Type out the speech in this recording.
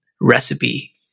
recipe